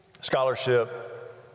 Scholarship